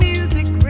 Music